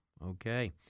Okay